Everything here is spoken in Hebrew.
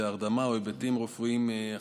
שזה הרדמה או היבטים רפואיים אחרים.